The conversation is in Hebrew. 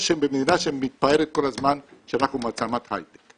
במדינה שמתפארת כל הזמן שאנחנו מעצמת הייטק.